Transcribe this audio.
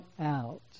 out